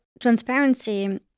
transparency